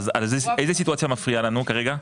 אז איזה סיטואציה מפריעה לנו כרגע?